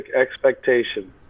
expectation